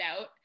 out